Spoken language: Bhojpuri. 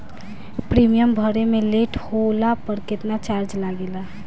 प्रीमियम भरे मे लेट होला पर केतना चार्ज लागेला?